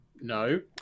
no